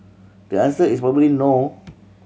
the answer is probably no